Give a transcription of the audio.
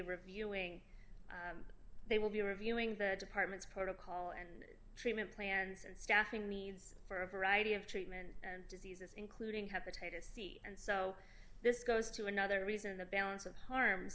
reviewing and they will be reviewing their department's protocol and treatment plans and staffing needs for a variety of treatment and diseases including hepatitis c and so this goes to another reason the balance of harm